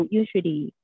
usually